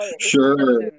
Sure